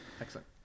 Excellent